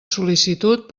sol·licitud